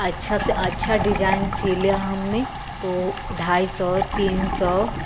अच्छा से अच्छा डिजाईन सिला हमने तो ढाई सौ तीन सौ